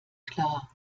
klar